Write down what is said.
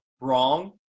wrong